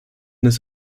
his